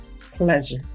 pleasure